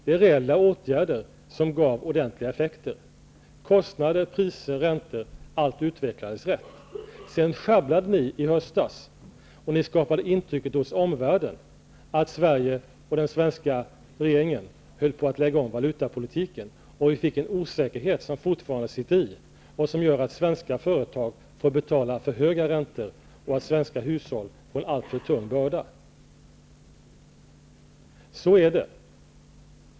Det var reella åtgärder som gav ordentliga effekter. Kostnader, priser, räntor -- allt utvecklades rätt. Sedan sjabblade ni i höstas och skapade intrycket hos omvärlden att Sverige och den svenska regeringen höll på att lägga om valutapolitiken. Vi fick en osäkerhet som fortfarande sitter i och som gör att svenska företag får betala för höga räntor och att svenska hushåll får alltför tung börda. Så är det!